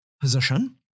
position